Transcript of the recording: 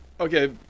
okay